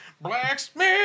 Blacksmith